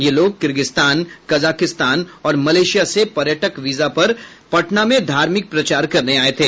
ये लोग Kyrgyzstan Kazakhstan और मलेशिया से पर्यटक वीजा पर पटना में धार्मिक प्रचार करने आये थे